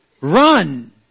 run